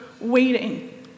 waiting